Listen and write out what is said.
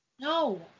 No